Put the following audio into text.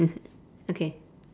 okay